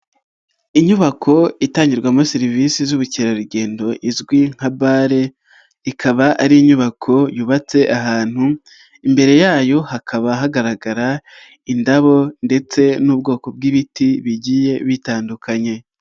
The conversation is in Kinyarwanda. Inyubako itangirwamo serivisi z'ubukerarugendo izwi nka bare, ikaba ari inyubako yubatse ahantu imbere yayo hakaba hagaragara indabo ndetse n'ubwoko bw'ibiti bigiye bitandukanye.